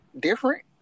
different